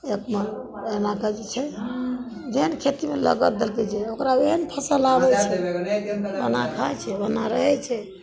अपना एनाके जे छै जेहन खेती नगद ओकरा ओहेन फसल लागै छै ओहिना खाय छै ओहिना रहय छै